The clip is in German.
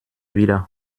wieder